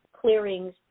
clearings